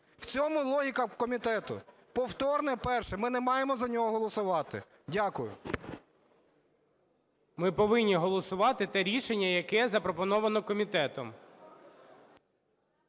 В цьому логіка комітету – повторне перше. Ми не маємо за нього голосувати. Дякую. ГОЛОВУЮЧИЙ. Ми повинні голосувати те рішення, яке запропоновано комітетом.